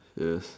yes